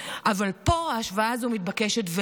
כזאת, אבל פה ההשוואה הזאת מתבקשת.